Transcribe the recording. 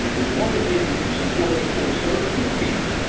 as long as they could support the core services piece,